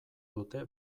dute